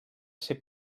ser